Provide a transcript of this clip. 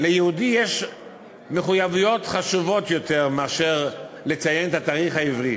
ליהודי יש מחויבויות חשובות יותר מאשר לציין את התאריך העברי.